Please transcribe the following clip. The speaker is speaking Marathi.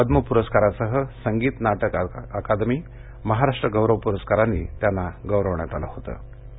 पद्म पुरस्कारासह संगीत नाटक अकादमी महाराष्ट्र गौरव पुरस्कारांनी त्यांना गौरवण्यात आलं होतं